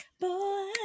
boy